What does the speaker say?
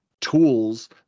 tools